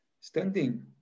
standing